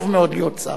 טוב מאוד להיות שר,